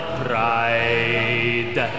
pride